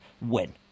win